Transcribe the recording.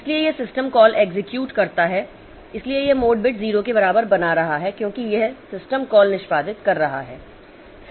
इसलिए यह system call execute करता है इसलिए यह मोड बिट 0 के बराबर बना रहा है क्योंकि यह सिस्टम कॉल निष्पादित कर रहा है